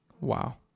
wow